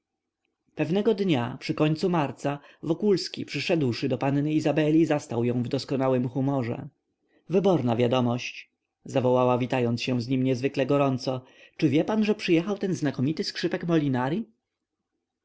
pewnego dnia przy końcu marca wokulski przyszedłszy do panny izabeli zastał ją w doskonałym humorze wyborna wiadomość zawołała witając się z nim niezwykle gorąco czy wie pan że przyjechał ten znakomity skrzypek molinari